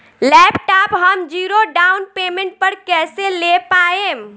Laptop हम zero down payment पर कैसे ले पाएम?